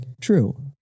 true